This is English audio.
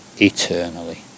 eternally